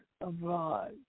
abroad